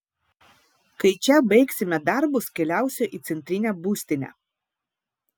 kai čia baigsime darbus keliausiu į centrinę būstinę